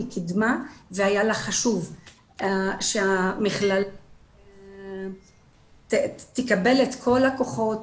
היא קידמה והיה לה חשוב שהמכללה תקבל את כל הכוחות